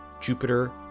Jupiter